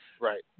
Right